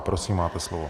Prosím, máte slovo.